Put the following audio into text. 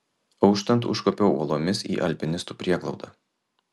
auštant užkopiau uolomis į alpinistų prieglaudą